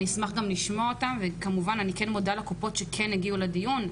אני כן מודה לקופות שכן הגיעו לדיון.